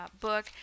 book